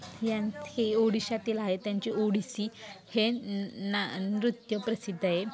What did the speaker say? ह्यां हे ओडिशातील आहे त्यांचे ओडिसी हे ना नृत्य प्रसिद्ध आहे